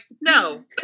no